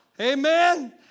Amen